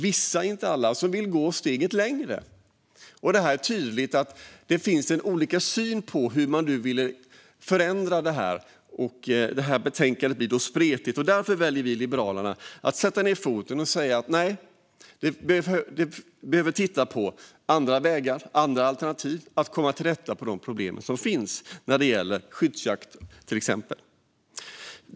Vissa vill dessutom gå steget längre. Det finns olika syn på hur man vill förändra detta, vilket gör betänkandet spretigt, och därför sätter Liberalerna ned foten och säger man måste titta på andra sätt att komma till rätta med problemen med exempelvis skyddsjakt.